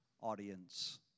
audience